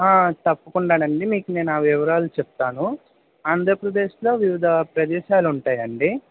తప్పకుండా రండి మీకు నేను ఆ వివరాలు చెప్తాను ఆంధ్రప్రదేశ్లో వివిధ ప్రదేశాలు ఉంటాయండి